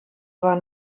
war